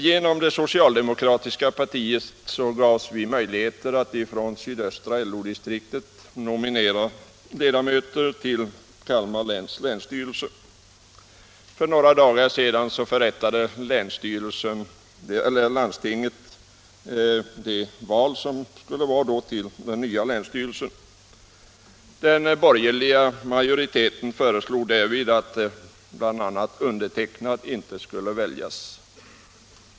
Genom det socialdemokratiska partiet fick vi möjligheter att ifrån sydöstra LO-distriktet nominera ledamöter till Kalmar läns länsstyrelse. LO-distriktet nominerade bl.a. mig. För några dagar seda förrättade landstinget valet av den nya länsstyrelsen. Den borgerliga majoriteten föreslog därvid att jag inte skulle väljas.